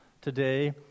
today